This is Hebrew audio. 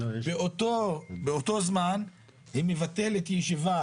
ובאותו זמן היא מבטלת ישיבה